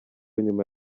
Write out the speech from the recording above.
nyuma